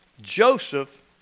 Joseph